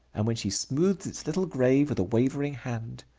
and when she smooths its little grave with a wavering hand.